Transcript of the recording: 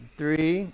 three